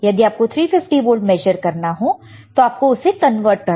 यदि आपको 350 volt measure करना हो तो आपको उसे कन्वर्ट करना होगा